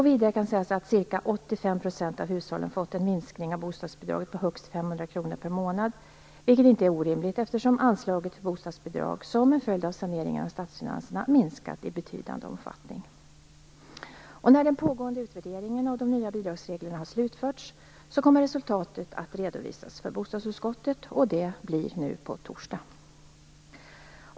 Vidare kan sägas att ca 85 % av hushållen fått en minskning av bostadsbidraget på högst 500 kronor per månad - något som inte är orimligt eftersom anslaget till bostadsbidrag som en följd av saneringen av statsfinanserna minskat i betydande omfattning. När den pågående utvärderingen av de nya bidragsreglerna har slutförts, kommer resultatet att redovisas för bostadsutskottet. Det blir nu på torsdag.